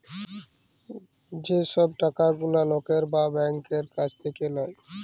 যে সব টাকা গুলা লকের বা ব্যাংকের কাছ থাক্যে লায়